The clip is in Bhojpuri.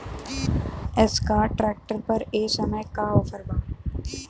एस्कार्ट ट्रैक्टर पर ए समय का ऑफ़र बा?